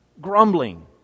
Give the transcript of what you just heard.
grumbling